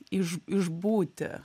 iš išbūti